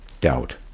doubt